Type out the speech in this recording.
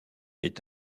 est